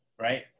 right